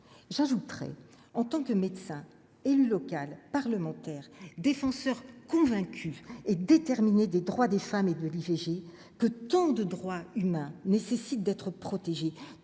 j'ajouterai, en tant que médecin élu local parlementaires défenseurs convaincus et déterminé des droits des femmes et de l'IVG que tant de droits humains nécessite d'être protégée